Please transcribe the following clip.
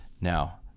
now